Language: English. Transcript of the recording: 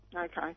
Okay